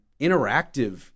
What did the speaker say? interactive